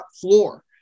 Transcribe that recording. floor